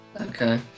Okay